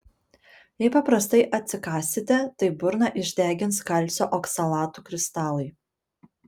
jei paprastai atsikąsite tai burną išdegins kalcio oksalatų kristalai